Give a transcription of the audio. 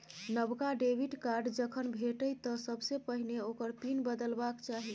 नबका debit card जखन भेटय तँ सबसे पहिने ओकर पिन बदलबाक चाही